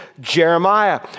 Jeremiah